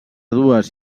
dues